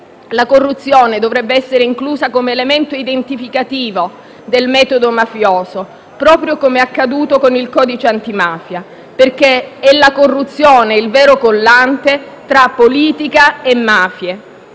La corruzione dovrebbe essere inclusa come elemento identificativo del metodo mafioso, proprio come accaduto con il codice antimafia, perché è la corruzione il vero collante tra politica e mafie.